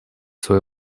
свое